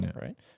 Right